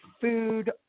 food